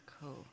Cool